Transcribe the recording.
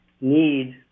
need